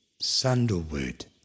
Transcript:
sandalwood